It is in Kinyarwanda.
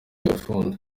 yafunze